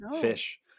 fish